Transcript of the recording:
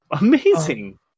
Amazing